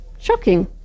shocking